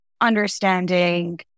understanding